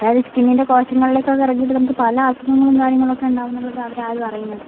അതായത് സ്കിന്നിൻ്റെ കോശങ്ങളിലേകൊക്കെ ഇറങ്ങിയിട്ട് നമക്ക് പല അസുഖങ്ങളും കാര്യങ്ങളക്കെ ഉണ്ടാകും എന്നുള്ളത് അവരാരും അറിയുന്നില്ല